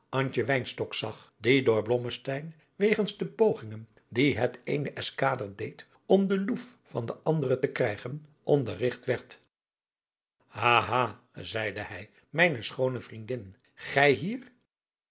zag die door blommesteyn wegens de pogingen die het eene eskader deed om de loef van het ander te krijgen onderrigt werd ha ha zeide hij mijne schoone vriendin gij hier